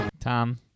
Tom